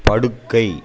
படுக்கை